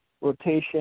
rotation